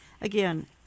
Again